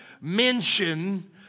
mention